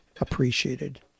appreciated